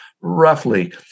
roughly